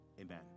amen